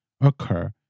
occur